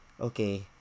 okay